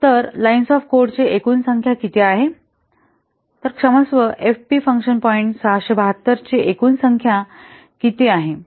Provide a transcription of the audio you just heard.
तर lines of code ची एकूण संख्या किती आहे तर क्षमस्व एफपी फंक्शन पॉईंट 672 ची एकूण संख्या किती आहे